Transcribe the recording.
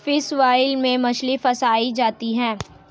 fish wheel से मछली फँसायी जाती है